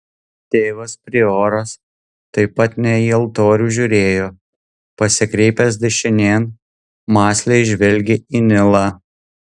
tėvas prioras taip pat ne į altorių žiūrėjo pasikreipęs dešinėn mąsliai žvelgė į nilą